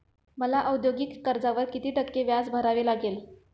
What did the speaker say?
मला औद्योगिक कर्जावर किती टक्के व्याज भरावे लागेल?